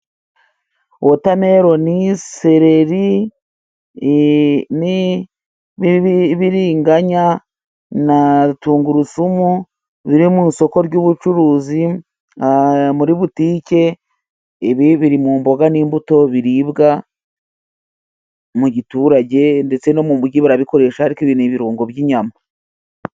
Watameloni, sereri n'ibibiriganya, na tungurusumu biri mu isoko ry'ubucuruzi muri butike. Ibi biri mu mboga n'imbuto biribwa mu giturage ndetse no mu mujyi bararabikoresha, ariko ibi ni ibirungo by'inyama.